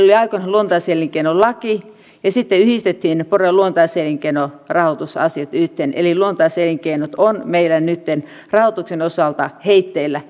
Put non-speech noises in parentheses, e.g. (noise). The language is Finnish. (unintelligible) oli aikoinaan luontaiselinkeinolaki ja sitten yhdistettiin poro ja luontaiselinkeinorahoitusasiat yhteen eli luontaiselinkeinot ovat meillä nytten rahoituksen osalta heitteillä (unintelligible)